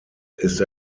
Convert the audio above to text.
ist